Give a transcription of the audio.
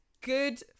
good